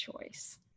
choice